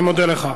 אני מודה לך.